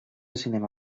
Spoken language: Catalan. cinema